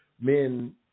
men